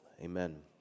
Amen